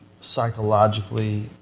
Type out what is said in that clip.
psychologically